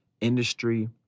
industry